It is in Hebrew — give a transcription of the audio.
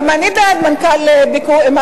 גם אני בעד מנכ"ל "רמב"ם".